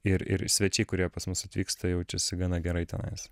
ir ir svečiai kurie pas mus atvyksta jaučiasi gana gerai tenais